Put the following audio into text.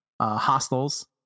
Hostels